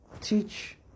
teach